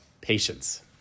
Patience